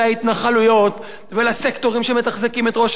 להתנחלויות ולסקטורים שמתחזקים את ראש הממשלה.